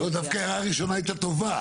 לא, דווקא ההערה הראשונה הייתה טובה.